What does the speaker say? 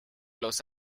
los